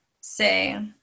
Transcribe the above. say